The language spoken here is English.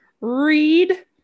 read